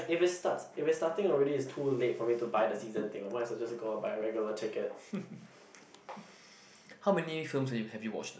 how many films have you have you watched